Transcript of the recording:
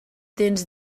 tens